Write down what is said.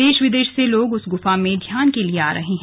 देश विदेश से लोग उस गुफा में ध्यान के लिए आ रहे हैं